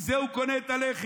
מזה הוא קונה את הלחם.